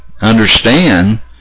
understand